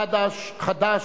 חד"ש,